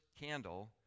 candle